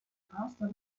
faster